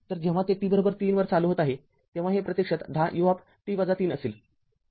तर जेव्हा ते t३ वर चालू होत आहे तेव्हा हे प्रत्यक्षात १० ut-३ असेल बरोबर